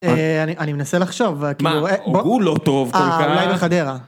אה, אני מנסה לחשוב, כאילו... הוא לא טוב כל כך. אה, אולי בחדרה.